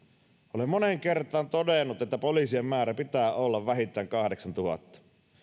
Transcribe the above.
olen moneen kertaan todennut että poliisien määrän pitää olla vähintään kahdeksannentuhannennen